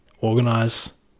Organize